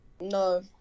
no